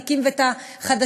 את הוותיקים ואת החדשים,